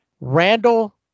Randall